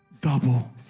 double